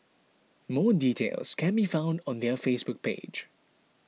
more details can be found on their Facebook page